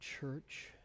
church